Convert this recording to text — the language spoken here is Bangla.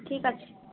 ঠিক আছে